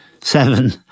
seven